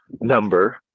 number